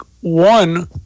one